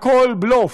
הכול בלוף,